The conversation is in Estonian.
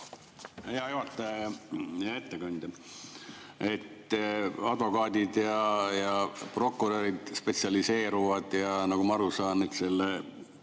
ettekandja! Advokaadid ja prokurörid spetsialiseeruvad, ja nagu ma aru saan, on selle